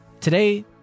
Today